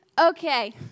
Okay